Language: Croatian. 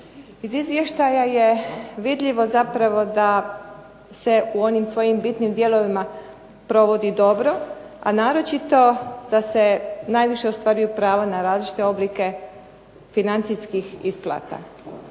Iz izvještaja je vidljivo zapravo da se u onim svojim bitnim dijelovima provodi dobro, a naročito da se najviše ostvaraju prava na različite oblike financijskih isplata.